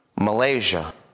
Malaysia